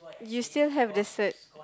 you still have the sir